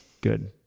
Good